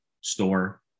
store